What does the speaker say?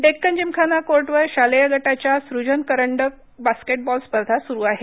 डेक्कन जिमखाना कोर्टवर शालेय गटाच्या सुजन करंडक बास्केटबॉल स्पर्धा सुरु आहेत